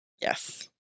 Yes